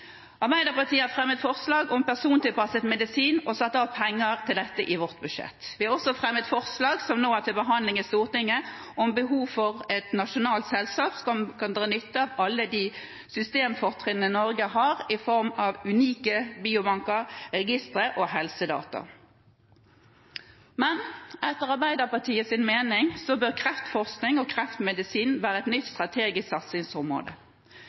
Arbeiderpartiet har fremmet forslag om persontilpasset medisin og satt av penger til dette i vårt budsjett. Vi har også fremmet forslag, som nå er til behandling i Stortinget, om behov for et nasjonalt selskap som kan dra nytte av alle de systemfortrinnene Norge har i form av unike biobanker, registre og helsedata. Men etter Arbeiderpartiets mening bør kreftforskning og kreftmedisin være et nytt